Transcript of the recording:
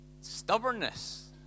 stubbornness